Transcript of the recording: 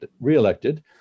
re-elected